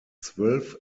zwölf